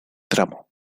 tramo